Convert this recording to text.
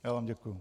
Já vám děkuji.